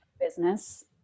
business